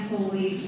Holy